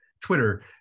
Twitter